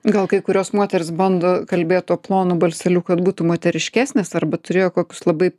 gal kai kurios moterys bando kalbėt tuo plonu balseliu kad būtų moteriškesnės arba turėjo kokius labai